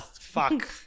Fuck